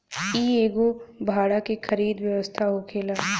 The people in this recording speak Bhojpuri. इ एगो भाड़ा के खरीद व्यवस्था होखेला